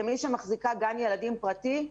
כמי שמחזיקה גן ילדים פרטים,